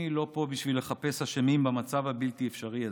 אני לא פה בשביל לחפש אשמים במצב הבלתי-אפשרי הזה.